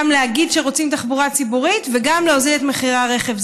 גם להגיד שרוצים תחבורה ציבורית וגם להוזיל את הרכב.